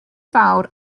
fawr